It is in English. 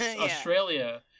Australia